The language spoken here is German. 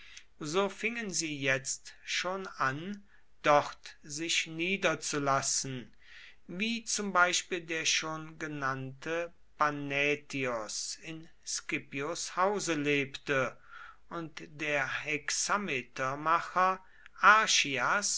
so fingen sie jetzt schon an dort sich niederzulassen wie zum beispiel der schon genannte panätios in scipios hause lebte und der hexametermacher archias